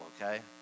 okay